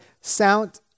Sound